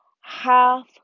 half